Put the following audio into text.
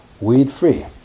weed-free